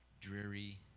dreary